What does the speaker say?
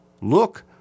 Look